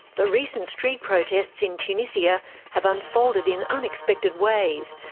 the recent street protests in tunisia have unfolded in unexpected ways.